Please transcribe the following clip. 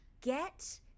get